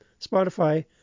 Spotify